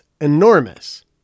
enormous